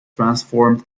transformed